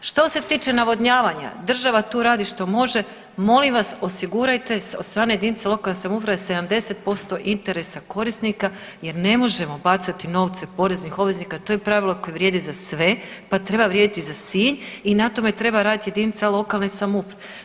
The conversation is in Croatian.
Što se tiče navodnjavanja država tu radi što može, molim vas osigurajte od strane jedinice lokalne samouprave 70% interesa korisnika jer ne možemo bacati novce poreznih obveznika to je pravilo koje vrijediti za sve pa treba vrijediti i za Sinj i na tome treba raditi jedinica lokalne samouprave.